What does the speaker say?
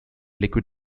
liquid